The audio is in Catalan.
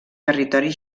territori